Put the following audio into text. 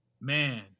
Man